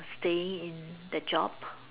staying in the job